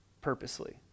purposely